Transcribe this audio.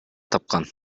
тапкан